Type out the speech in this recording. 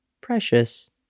Precious